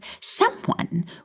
Someone